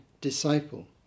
disciple